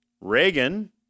Reagan